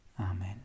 Amen